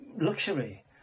luxury